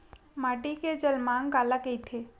माटी के जलमांग काला कइथे?